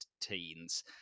teens